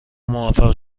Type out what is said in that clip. موفق